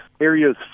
areas